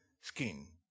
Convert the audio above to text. skin